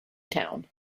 town